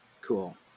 Cool